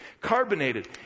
carbonated